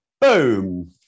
Boom